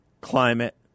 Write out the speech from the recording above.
Climate